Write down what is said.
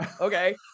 okay